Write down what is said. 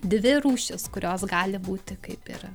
dvi rūšys kurios gali būti kaip yra